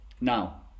Now